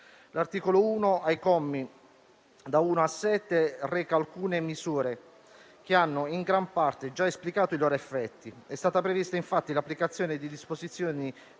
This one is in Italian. L'articolo 1, ai commi da 1 a 7, reca alcune misure che hanno in gran parte già esplicato i loro effetti. È stata prevista infatti l'applicazione di disposizioni